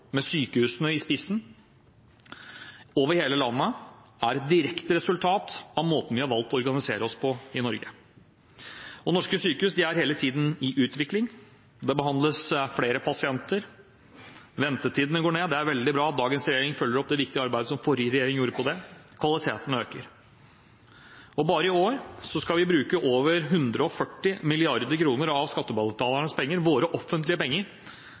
direkte resultat av måten vi har valgt å organisere oss på i Norge. Norske sykehus er hele tiden i utvikling. Det behandles flere pasienter, ventetidene går ned – det er veldig bra at dagens regjering følger opp det viktige arbeidet som forrige regjering gjorde på det området – og kvaliteten øker. Bare i år skal vi bruke over 140 mrd. kr av skattebetalernes penger – våre offentlige penger